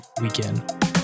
weekend